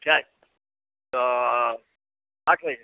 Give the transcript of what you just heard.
अच्छा तो आठ बजे